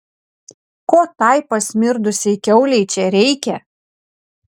ko tai pasmirdusiai kiaulei čia reikia